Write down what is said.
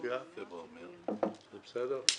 זה בסדר?